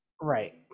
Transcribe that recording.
right